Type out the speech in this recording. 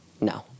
No